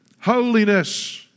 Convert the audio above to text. Holiness